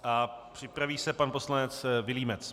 A připraví se pan poslanec Vilímec.